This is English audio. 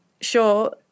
sure